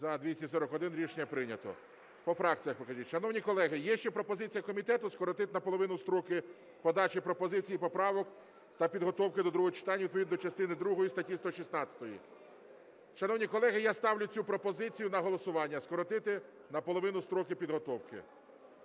За-241 Рішення прийнято. По фракціях покажіть. Шановні колеги, є ще пропозиція комітету скоротити наполовину строки подачі пропозицій і поправок та підготовки до другого читання відповідно до частини другої статті 116. Шановні колеги, я ставлю цю пропозицію на голосування скоротити наполовину строки підготовки.